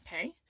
Okay